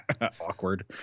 awkward